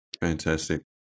Fantastic